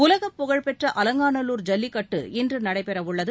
உலக புகழ்பெற்ற அலங்காநல்லூர் ஜல்லிக்கட்டு இன்று நடைபெறவுள்ளது